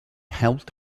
helped